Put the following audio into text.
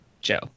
Joe